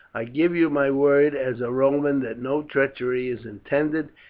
i give you my word as a roman that no treachery is intended,